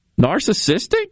narcissistic